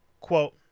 quote